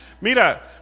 Mira